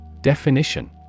Definition